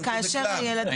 קיי.